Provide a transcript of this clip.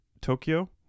Tokyo